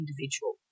individual